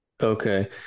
okay